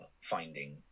finding